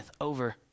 over